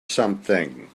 something